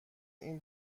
این